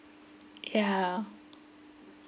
yeah